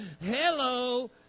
hello